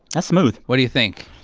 that's smooth what do you think?